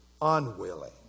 unwilling